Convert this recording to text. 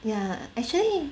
ya actually